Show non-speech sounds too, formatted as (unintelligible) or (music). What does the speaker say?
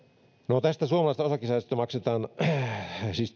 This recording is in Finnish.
no tästä suomalaisesta osakesäästötilistä maksetaan siis (unintelligible)